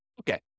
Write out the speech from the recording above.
Okay